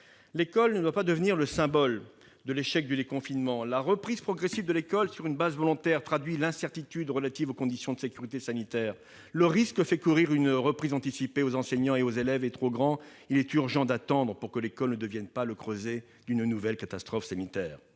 L'école ne doit pas devenir le symbole de l'échec du déconfinement. Or la reprise progressive de l'école sur une base volontaire traduit l'incertitude relative aux conditions de sécurité sanitaire. Le risque que fait courir une reprise anticipée aux enseignants et aux élèves est trop grand ; il est urgent d'attendre pour que l'école ne devienne pas le creuset d'une nouvelle catastrophe sanitaire.